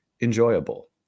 enjoyable